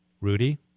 Rudy